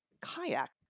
kayak